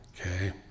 Okay